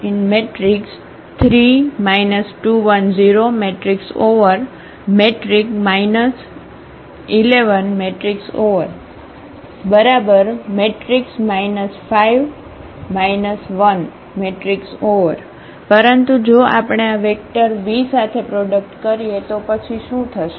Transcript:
Au3 2 1 0 1 1 5 1 પરંતુ જો આપણે આ વેક્ટર v સાથે પ્રોડક્ટ કરીએ તો પછી શું થશે